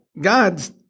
God's